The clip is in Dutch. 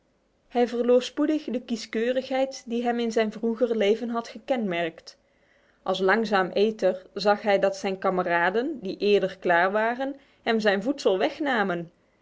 hij verloor spoedig de kieskeurigheid die hem in zijn vroeger leven had gekenmerkt als langzaam eter zag hij dat zijn kameraden die eerder klaar waren hem zijn voedsel wegnamen